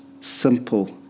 simple